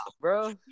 bro